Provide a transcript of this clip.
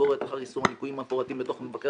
ביקורת אחר יישום הליקויים המפורטים בדוח מבקר